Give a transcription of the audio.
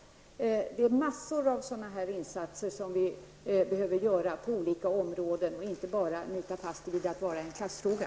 Det finns mängder av sådana insatser som vi behöver göra på olika områden och inte bara nita fast det vid att vara en klassfråga.